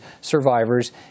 survivors